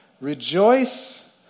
Rejoice